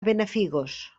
benafigos